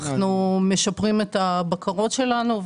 אנחנו משפרים את הבקרות שלנו,